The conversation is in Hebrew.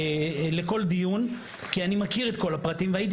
לכל דיון כי אני מכיר את כל הפרטים והייתי